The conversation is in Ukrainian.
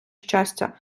щастя